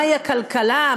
מהי הכלכלה,